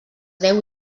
deu